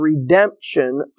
redemption